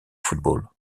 football